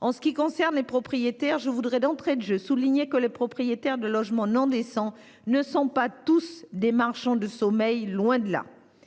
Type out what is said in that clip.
En ce qui concerne les propriétaires, je voudrais d'entrée de jeu souligner que les possesseurs de logements non décents ne sont pas tous des marchands de sommeil, loin de là.